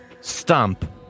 Stump